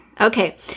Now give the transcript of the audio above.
okay